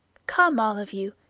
come, all of you,